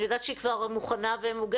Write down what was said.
אני יודעת שהיא כבר מוכנה ומוגשת,